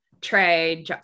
Trey